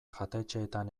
jatetxeetan